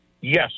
Yes